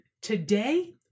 today